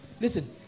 Listen